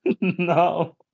No